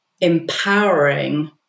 empowering